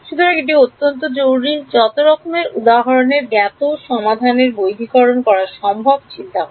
সুতরাং এটা অত্যন্ত জরুরী যত রকমের উদাহরণের জ্ঞাত সমাধানের বৈধকরণ করা সম্ভব চিন্তা করো